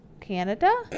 Canada